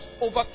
over